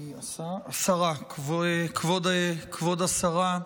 השרה, כבוד השרה,